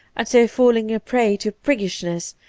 and so falling a prey to priggishness,